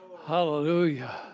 Hallelujah